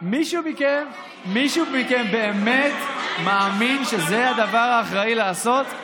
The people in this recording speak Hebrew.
מישהו מכם באמת מאמין שזה הדבר האחראי לעשות?